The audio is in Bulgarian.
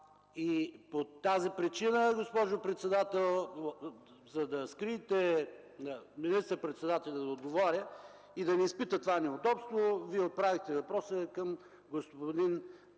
По тази причина, госпожо председател, за да скриете министър-председателя да отговаря и да не изпита това неудобство, Вие отправихте въпроса към господин